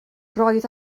roedd